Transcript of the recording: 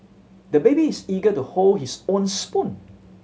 the baby is eager to hold his own spoon